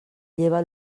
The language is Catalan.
lleva